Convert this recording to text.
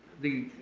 the